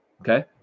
okay